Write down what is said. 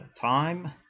time